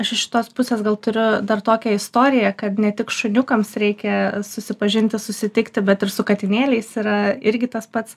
aš iš šitos pusės gal turiu dar tokią istoriją kad ne tik šuniukams reikia susipažinti susitikti bet ir su katinėliais yra irgi tas pats